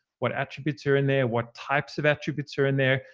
what attributes are in there, what types of attributes are in there.